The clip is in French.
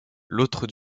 l’autre